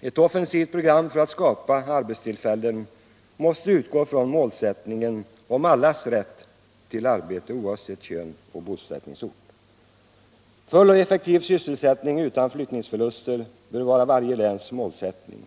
Ett offensivt program för att skapa arbetstillfällen måste utgå från målsättningen om allas rätt till arbete oavsett kön och bosättningsort. Full och effektiv sysselsättning utan flyttningsförluster bör vara varje läns målsättning.